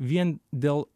vien dėl